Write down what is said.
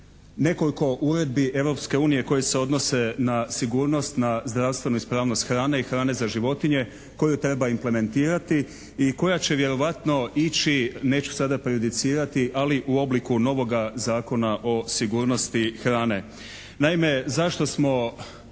nekoliko uredbi Europske unije koje se odnose na sigurnost, na zdravstvenu ispravnost hrane i hrane za životinje koju treba implementirati i koja će vjerojatno ići, neću sada prejudicirati ali u obliku novoga Zakona o sigurnosti hrane. Naime zašto smo